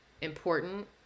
important